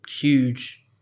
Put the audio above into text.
huge